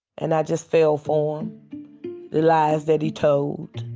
and i just fell for the lies that he told.